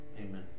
Amen